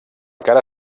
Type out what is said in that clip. cara